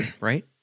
right